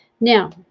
Now